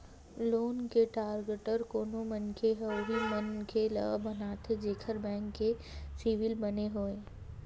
loan के guarantor कोनो मनखे ह उही मनखे ल बनाथे जेखर बेंक के सिविल बने होवय